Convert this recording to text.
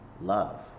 love